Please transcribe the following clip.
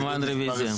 כמובן, רביזיה.